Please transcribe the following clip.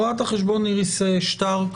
רואת החשבון איריס שטרק,